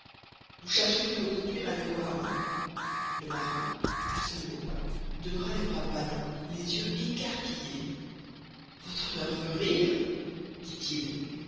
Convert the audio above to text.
vous chargez-vous de me conduire à yokohama le marin à ces mots demeura les bras ballants les yeux écarquillés votre honneur veut rire dit-il